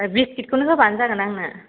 बिसकिदखौनो होबानो जागोन आंनो